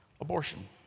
abortion